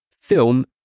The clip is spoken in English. film